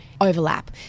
overlap